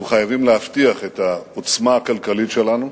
אנחנו חייבים להבטיח את העוצמה הכלכלית שלנו,